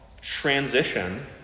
transition